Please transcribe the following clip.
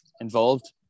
involved